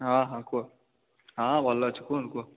ହଁ ହଁ କୁହ ହଁ ଭଲ ଅଛି କୁହନ୍ତୁ କୁହ